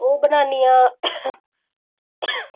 ओह् बनानी आं